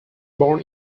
born